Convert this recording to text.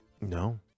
no